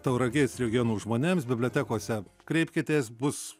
tauragės regionų žmonėms bibliotekose kreipkitės bus